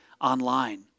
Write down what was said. online